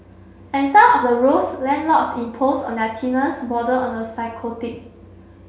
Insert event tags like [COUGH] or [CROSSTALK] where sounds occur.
and some of the rules landlords impose on their [UNINTELLIGIBLE] border on the psychotic